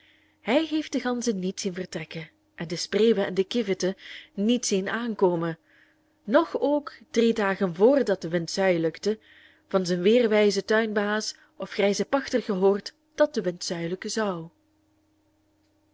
hij heeft de ganzen niet zien vertrekken en de spreeuwen en de kieviten niet zien aankomen noch ook drie dagen voordat de wind zuiëlijkte van zijn weerwijzen tuinbaas of grijzen pachter gehoord dat de wind zuiëlijken zou